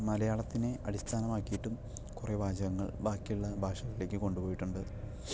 മലയാളത്തിനെ അടിസ്ഥാനമാക്കിയിട്ടും കുറേ വാചകങ്ങൾ ബാക്കിയുള്ള ഭാഷകളിലേക്ക് കൊണ്ടുപോയിട്ടുണ്ട്